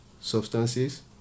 substances